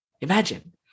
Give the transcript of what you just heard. Imagine